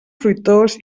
fruitós